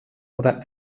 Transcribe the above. oder